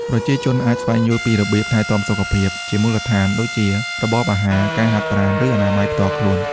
ប្រជាជនអាច ស្វែងយល់ពីរបៀបថែទាំសុខភាព ជាមូលដ្ឋានដូចជា របបអាហារ ការហាត់ប្រាណ ឬអនាម័យផ្ទាល់ខ្លួន។